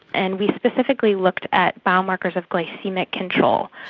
and we specifically looked at biomarkers of glycaemic control,